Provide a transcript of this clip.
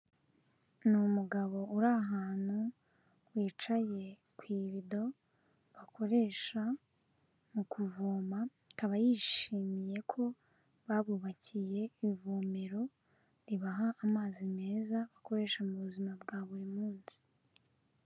Ni umugabo uri ahantu, wicaye ku ibido bakoresha mu kuvoma, akaba yishimiye ko babubakiye ivomero ribaha amazi meza, bakoresha mu buzima bwa buri munsi.